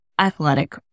athletic